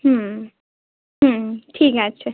হুম হুম ঠিক আছে